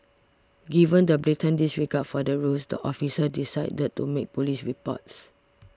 given the blatant disregard for the rules the officer decided to make police reports